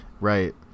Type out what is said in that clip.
Right